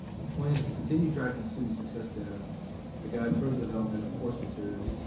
he plans to continue tracking student success data to guide further development of course materials.